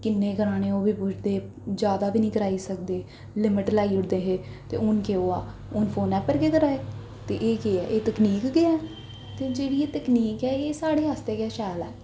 किन्ने कराने ओह् बी पुछदे जैदा बी नी कराई सकदे लिमिट लाई ओड़दे हे ते हून केह् होआ हून फोनै पर गै करा दे ते एह् केह् ऐ एह् तकनीक गै ऐ ते जेह्ड़ी एह् तकनीक ऐ एह् साढ़ै आस्तै गै शैल ऐ